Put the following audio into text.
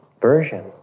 version